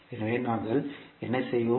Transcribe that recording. எனவே நாங்கள் என்ன செய்வோம்